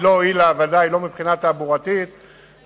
ודאי לא הועילה מבחינת תחבורתית לעניין הזה,